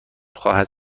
خواهد